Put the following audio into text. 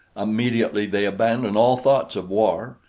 immediately they abandoned all thoughts of war,